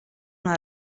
una